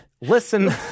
Listen